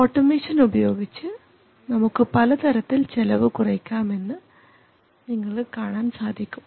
automation ഉപയോഗിച്ച് നമുക്ക് പലതരത്തിൽ ചെലവു കുറയ്ക്കാം എന്ന് നിങ്ങൾക്ക് കാണാൻ സാധിക്കും